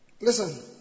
Listen